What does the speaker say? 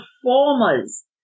performer's